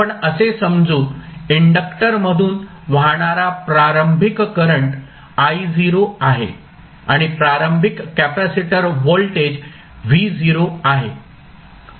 आपण असे समजू इंडक्टर मधून वाहणारा प्रारंभिक करंट I0 आहे आणि प्रारंभिक कॅपेसिटर व्होल्टेज V0 आहे